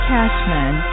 Cashman